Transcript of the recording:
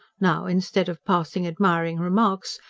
now, instead of passing admiring remarks,